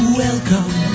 welcome